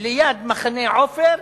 ליד מחנה עופר,